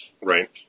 Right